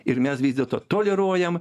ir mes vis dėlto toleruojam